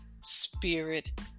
spirit